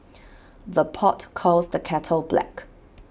the pot calls the kettle black